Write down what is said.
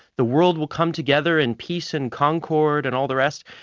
the world will come together in peace and concord, and all the rest.